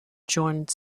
joint